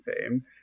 Fame